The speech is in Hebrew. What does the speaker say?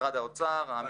במשרד האוצר.